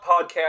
podcast